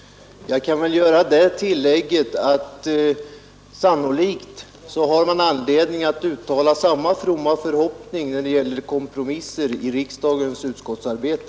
Jag kan väl göra det tillägget att man sannolikt har anledning att uttala samma fromma förhoppning när det gäller kompromisser i riksdagens utskottsarbete.